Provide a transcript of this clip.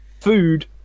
food